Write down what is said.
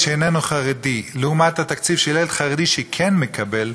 שאיננו חרדי לעומת התקציב של ילד חרדי שכן מקבל,